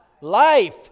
Life